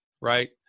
right